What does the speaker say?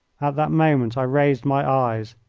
that moment i raised my eyes,